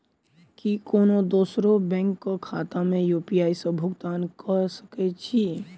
की कोनो दोसरो बैंक कऽ खाता मे यु.पी.आई सऽ भुगतान कऽ सकय छी?